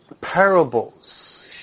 parables